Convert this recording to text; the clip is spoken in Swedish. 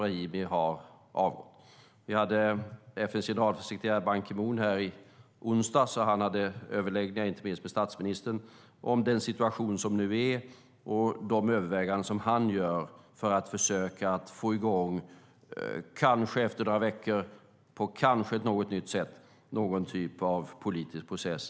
FN:s generalsekreterare Ban Ki Moon var i Stockholm i onsdags och hade överläggningar, inte minst med statsministern, om den situation som nu råder och de överväganden som han gör för att försöka få i gång, kanske efter några veckor och kanske på ett något nytt sätt, någon typ av politisk process.